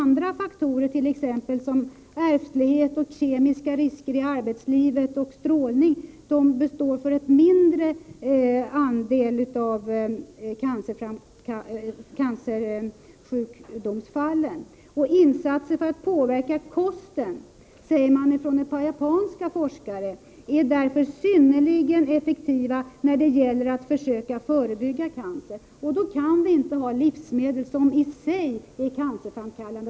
Andra faktorer — ärftlighet, kemiska risker i arbetslivet och strålning — står för en mindre andel av cancersjukdomsfallen. Enligt ett par japanska forskare är därför insatser för att påverka kosten synnerligen effektiva när det gäller att förebygga cancer. Mot den bakgrunden kan vi inte ha livsmedel som i sig är cancerframkallande.